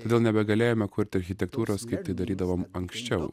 todėl nebegalėjome kurti architektūros kaip tai darydavom anksčiau